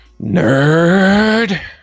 nerd